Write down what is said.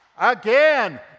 Again